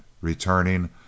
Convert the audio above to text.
returning